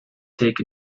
take